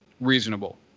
reasonable